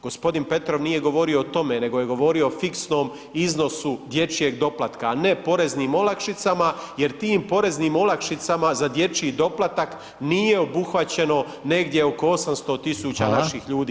Gospodin Petrov nije govorio o tome nego je govorio o fiksnom iznosu dječjeg doplatka, a ne poraznim olakšicama jer tim poreznim olakšicama za dječji doplatak nije obuhvaćeno negdje oko 800.000 naših ljudi.